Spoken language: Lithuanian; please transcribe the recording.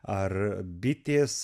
ar bitės